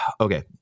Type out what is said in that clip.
Okay